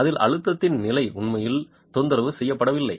அதில் அழுத்தத்தின் நிலை உண்மையில் தொந்தரவு செய்யப்படவில்லை